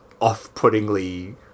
off-puttingly